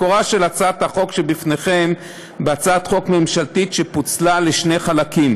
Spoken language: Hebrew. מקורה של הצעת החוק שלפניכם בהצעת חוק ממשלתית שפוצלה לשני חלקים.